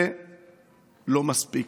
זה לא מספיק.